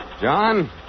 John